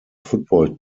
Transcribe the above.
football